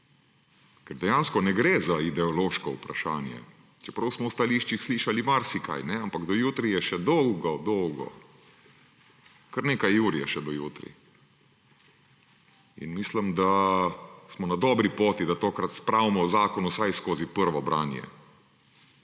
Ker dejansko ne gre za ideološko vprašanje, čeprav smo v stališčih slišali marsikaj. Ampak do jutri je še dolgo, dolgo. Kar nekaj ur je še do jutri. Mislim, da smo na dobri poti, da tokrat spravimo zakon vsaj skozi prvo branje.